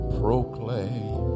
proclaim